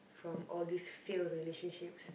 from all these fail relationships